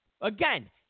Again